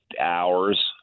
hours